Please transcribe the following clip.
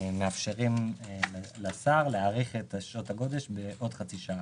מאפשרים לשר להאריך את שעות הגודש בעוד חצי שעה.